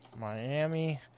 Miami